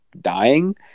dying